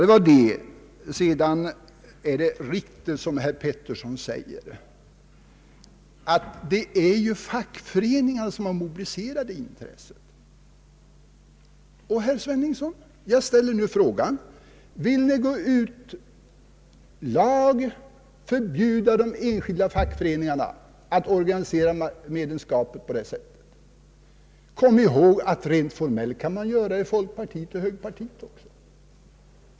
Det är riktigt som herr Pettersson säger att det är fackföreningarna som har mobiliserat detta intresse. Jag ställer nu frågan till herr Sveningsson: Vill Ni i lag förbjuda de enskilda fackföreningarna och deras medlemmar att organisera sitt medlemskap på det sättet? Rent formellt kan man göra det även i folkpartiet och i moderata samlingspartiet.